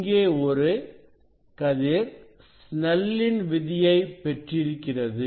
இங்கே ஒரு கதிர் சினெல்லின் விதியை பெற்றிருக்கிறது